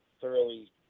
thoroughly